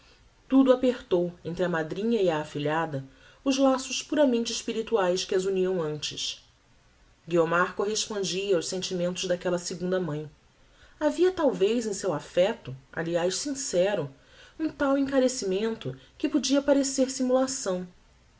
tudo apertou entre a madrinha e a afilhada os laços puramente espirituaes que as uniam antes guiomar correspondia aos sentimentos daquella segunda mãe havia talvez em seu affecto aliás sincero um tal encarecimento que podia parecer simulação